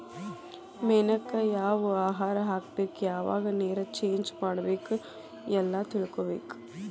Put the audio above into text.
ಮೇನಕ್ಕ ಯಾವ ಆಹಾರಾ ಹಾಕ್ಬೇಕ ಯಾವಾಗ ನೇರ ಚೇಂಜ್ ಮಾಡಬೇಕ ಎಲ್ಲಾ ತಿಳಕೊಬೇಕ